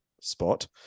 spot